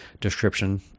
description